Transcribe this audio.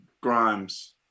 Grimes